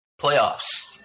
playoffs